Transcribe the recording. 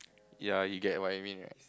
ya you get what I mean right